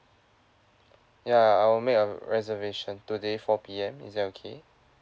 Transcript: ya I will make a reservation today four P_M is that okay